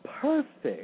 Perfect